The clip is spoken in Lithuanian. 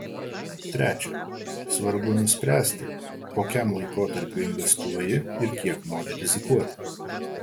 trečia svarbu nuspręsti kokiam laikotarpiui investuoji ir kiek nori rizikuoti